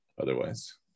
otherwise